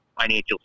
financial